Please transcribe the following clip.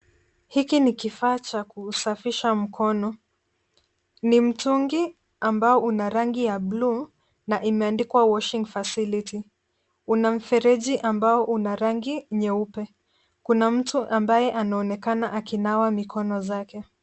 Hiki ni kifaa cha kusafisha mkono. Ni mtungi ambao una rangi ya bluu na imeandikwa washing facility . Una mfereji ambao una rangi nyeupe. Kuna mtu ambaye anaonekana akinawa mikono zake.